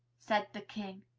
said the king.